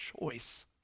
choice